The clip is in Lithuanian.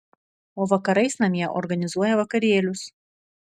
o vakarais namie organizuoja vakarėlius